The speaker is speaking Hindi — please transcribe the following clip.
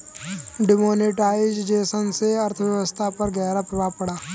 डिमोनेटाइजेशन से अर्थव्यवस्था पर ग़हरा प्रभाव पड़ा